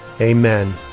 amen